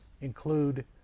include